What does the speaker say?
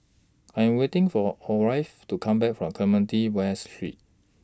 I'm waiting For Orvel to Come Back from Clementi West Street